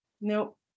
Nope